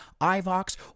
iVox